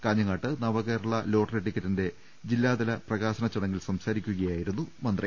കാഞ്ഞങ്ങാട്ട് നവകേരള ലോട്ടറി ടിക്കറ്റിന്റെ ജില്ലാതല പ്രകാശന ചടങ്ങിൽ സംസാരിക്കുകയായിരുന്നു മന്ത്രി